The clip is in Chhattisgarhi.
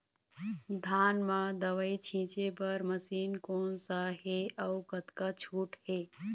धान म दवई छींचे बर मशीन कोन सा हे अउ कतका छूट हे?